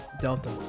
Delta